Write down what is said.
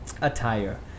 attire